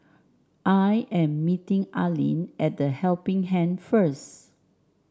I am meeting Allene at The Helping Hand first